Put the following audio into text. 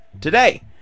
today